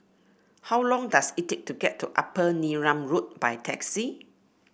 how long does it take to get to Upper Neram Road by taxi